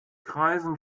kreisen